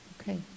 Okay